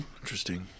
Interesting